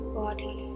body